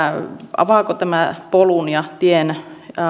avaako tämä polun ja tien